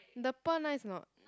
the pearl nice or not